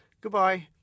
Goodbye